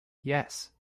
yes